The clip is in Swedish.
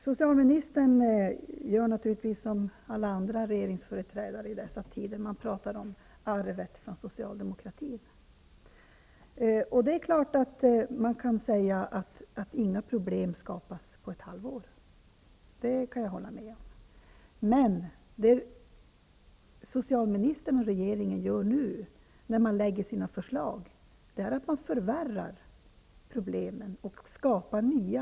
Socialministern gör naturligtvis som alla andra regeringsföreträdare i dessa tider -- han talar om arvet från socialdemokratin. Och det är klart att man kan säga att inga problem skapas på ett halvår; det kan jag hålla med om. Men vad socialministern och regeringen gör nu när man lägger fram sina förslag är att man förvärrar problemen i Sverige och skapar nya.